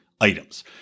items